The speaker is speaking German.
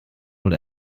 wohl